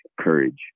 courage